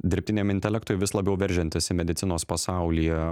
dirbtiniam intelektui vis labiau veržiantis į medicinos pasaulyje